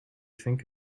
think